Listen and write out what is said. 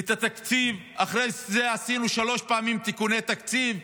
את התקציב ואחרי זה עשינו שלוש פעמים תיקוני תקציב,